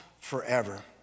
forever